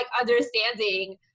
understanding